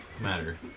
matter